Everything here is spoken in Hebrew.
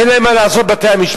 אין להם מה לעשות, בתי-המשפט?